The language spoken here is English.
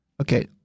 Okay